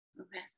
Okay